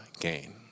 gain